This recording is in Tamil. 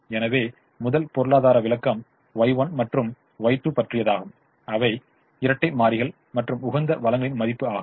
எனவே முதல் பொருளாதார விளக்கம் Y1 மற்றும் Y2 பற்றியதாகும் அவை இரட்டை மாறிகள் மற்றும் உகந்த வளங்களின் மதிப்பு ஆகும்